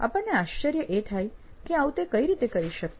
આપણને આશ્ચર્ય એ થાય કે આવું તે કઈ રીતે કરી શકતો